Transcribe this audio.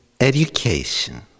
Education